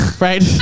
right